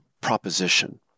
proposition